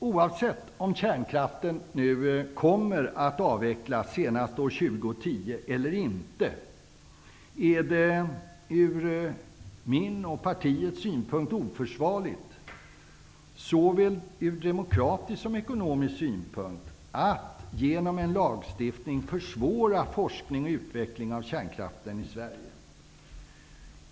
Oavsett om kärnkraften kommer att avvecklas senast år 2010 eller inte, är det enligt min och partiets synpunkt oförsvarligt - såväl ur demokratisk som ekonomisk synvinkel - att genom en lagstiftning försvåra forskning och utveckling av kärnkraften i Sverige.